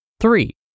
Three